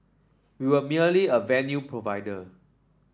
we were merely a venue provider